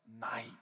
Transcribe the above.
night